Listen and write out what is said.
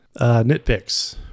Nitpicks